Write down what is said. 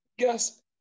Yes